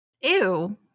Ew